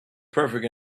perfect